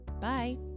Bye